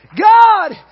God